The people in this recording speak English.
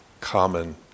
common